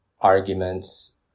arguments